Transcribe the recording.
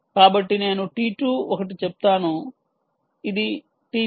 కాబట్టి నేను t 2 ఒకటి చెప్తాను ఇది t 32